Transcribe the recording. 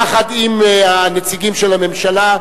יחד עם הנציגים של הממשלה,